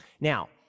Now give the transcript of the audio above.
Now